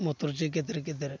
मटरजो गेदेर गेदेर